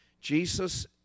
Jesus